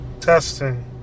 testing